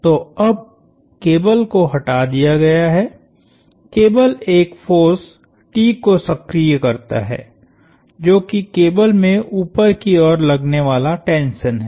तो अब केबल को हटा दिया गया है केबल एक फोर्स T को सक्रिय करता है जो कि केबल में ऊपर की ओर लगने वाला टेंशन है